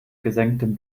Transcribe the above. gesenktem